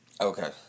Okay